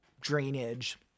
drainage